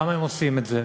למה הם עושים את זה?